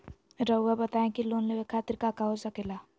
रउआ बताई की लोन लेवे खातिर काका हो सके ला?